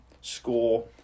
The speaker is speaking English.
score